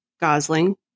Gosling